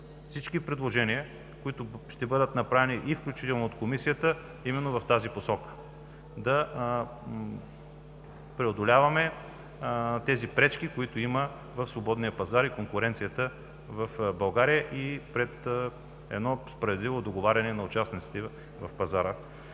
всички предложения, които ще бъдат направени, включително и от Комисията, именно в тази посока – да преодоляваме пречките, които има в свободния пазар и конкуренцията в България, за да има справедливо договаряне на участниците в пазара.